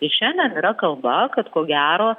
tai šiandien yra kalba kad ko gero